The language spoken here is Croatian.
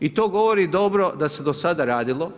I to govori dobro da se do sada radilo.